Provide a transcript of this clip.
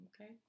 Okay